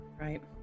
Right